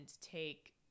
take